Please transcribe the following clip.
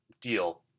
deal